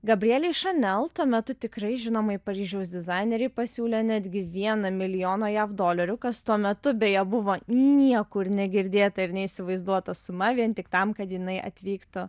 gabrielei chanel tuo metu tikrai žinomai paryžiaus dizainerei pasiūlė netgi vieną milijoną jav dolerių kas tuo metu beje buvo niekur negirdėta ir neįsivaizduota suma vien tik tam kad jinai atvyktų